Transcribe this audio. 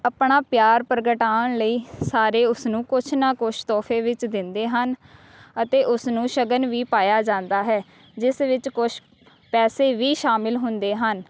ਆਪਣਾ ਪਿਆਰ ਪ੍ਰਗਟਾਉਣ ਲਈ ਸਾਰੇ ਉਸ ਨੂੰ ਕੁਛ ਨਾ ਕੁਛ ਤੋਹਫ਼ੇ ਵਿੱਚ ਦਿੰਦੇ ਹਨ ਅਤੇ ਉਸ ਨੂੰ ਸ਼ਗਨ ਵੀ ਪਾਇਆ ਜਾਂਦਾ ਹੈ ਜਿਸ ਵਿੱਚ ਕੁਛ ਪੈਸੇ ਵੀ ਸ਼ਾਮਿਲ ਹੁੰਦੇ ਹਨ